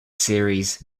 series